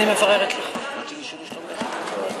הבנתי, אוקיי.